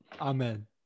Amen